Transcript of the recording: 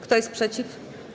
Kto jest przeciw?